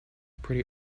pretty